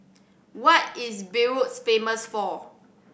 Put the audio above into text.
what is Beirut famous for